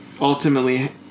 ultimately